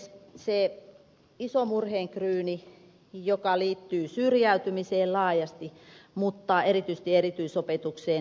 sitten se iso murheenkryyni joka liittyy syrjäytymiseen laajasti mutta erityisesti erityisopetukseen